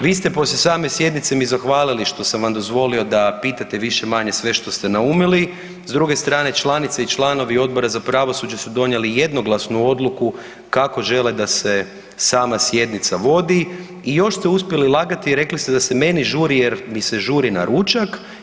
Vi ste poslije same sjednice mi zahvalili što sam vam dozvolio da pitate više-manje sve što ste naumili, s druge strane članice i članovi Odbora za pravosuđe su donijeli jednoglasnu odluku kako žele da se sama sjednica vodi i još ste uspjeli lagati i rekli ste da se meni žuri jer mi se žuri na ručak.